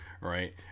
right